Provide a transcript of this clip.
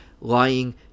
lying